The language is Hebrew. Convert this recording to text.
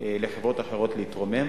לחברות אחרות להתרומם.